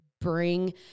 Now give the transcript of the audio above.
bring